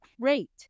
great